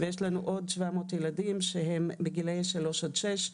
יש לנו עוד 700 ילדים שהם בגילאי 3 עד 6,